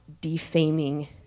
defaming